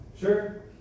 Sure